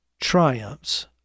triumphs